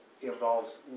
involves